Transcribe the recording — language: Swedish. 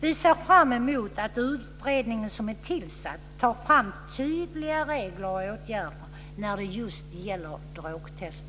Vi ser fram emot att den utredning som är tillsatt tar fram tydliga regler och åtgärder när det gäller just drogtest.